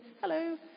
hello